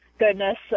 Goodness